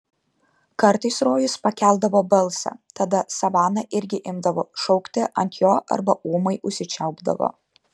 kartais rojus pakeldavo balsą tada savana irgi imdavo šaukti ant jo arba ūmai užsičiaupdavo